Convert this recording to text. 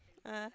ah